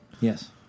Yes